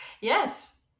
Yes